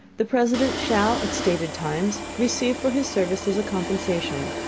the president shall, at stated times, receive for his services, a compensation,